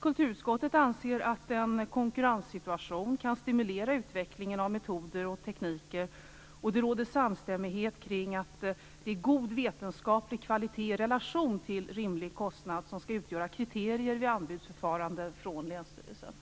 Kulturutskottet anser att en konkurrenssituation kan stimulera utvecklingen av metoder och tekniker, och det råder samstämmighet kring att det är god vetenskaplig kvalitet i relation till rimlig kostnad som skall avgöra kriterier vid anbudsförfarande från länsstyrelsen.